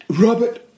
Robert